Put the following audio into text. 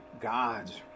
God's